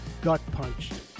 gut-punched